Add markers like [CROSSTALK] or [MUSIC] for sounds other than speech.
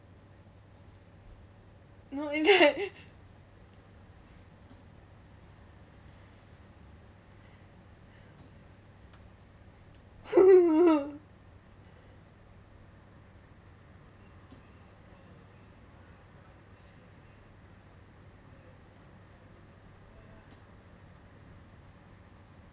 [LAUGHS] [NOISE]